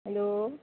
hello